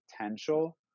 potential